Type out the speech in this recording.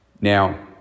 Now